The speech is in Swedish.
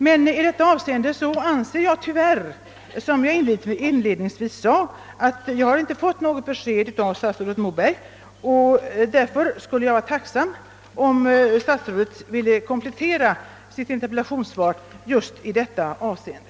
Men i detta avseende anser jag tyvärr — som jag inledningsvis sade — att jag inte fått något besked av statsrådet Moberg. Jag skulle därför vara tacksam om statsrådet ville komplettera sitt svar i detta avseende.